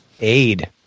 aid